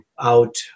out